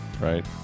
right